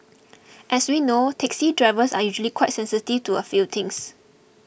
as we know taxi drivers are usually quite sensitive to a few things